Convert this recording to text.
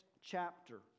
chapter